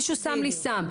מישהו שם לי סם.